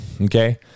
okay